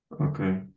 okay